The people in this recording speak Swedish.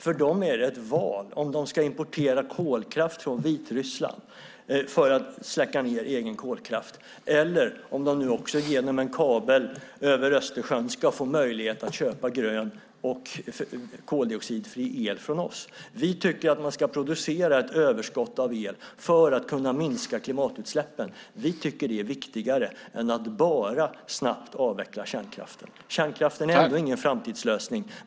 För dem är det ett val om de ska importera kolkraft från Vitryssland för att släcka ned egen kolkraft eller om de genom en kabel över Östersjön ska få möjlighet att få köpa grön koldioxidfri el från oss. Vi tycker att man ska producera ett överskott för att kunna minska klimatutsläppen. Det är viktigare än att bara snabbt avveckla kärnkraften. Kärnkraften är ändå ingen framtidslösning.